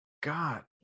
God